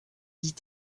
dits